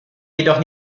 jedoch